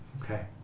Okay